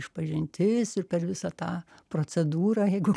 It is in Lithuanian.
išpažintis ir per visą tą procedūrą jeigu